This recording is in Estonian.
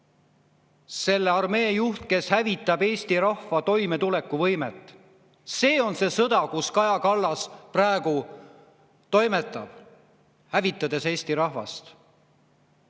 selle armee juht, kes hävitab Eesti rahva toimetulekuvõimet. See on see sõda, kus Kaja Kallas praegu toimetab, hävitades Eesti rahvast.